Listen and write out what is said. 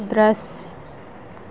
दृश्य